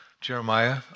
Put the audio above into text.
Jeremiah